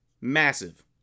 massive